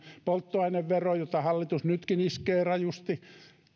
polttoainevero jota hallitus nytkin iskee rajusti